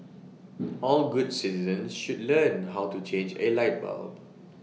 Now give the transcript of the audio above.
all good citizens should learn how to change A light bulb